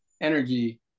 energy